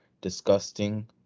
disgusting